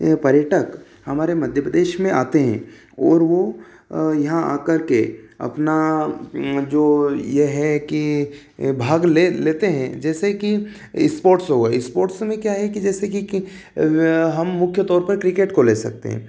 पर्यटक हमारे मध्य प्रदेश में आते है और वो यहाँ आकर के अपना जो यह है कि भाग ले लेते है जैसे कि स्पोर्टस हुआ स्पोर्टस में क्या है कि जैसे कि कि हम मुख्य तौर पर क्रिकेट को ले सकते हैं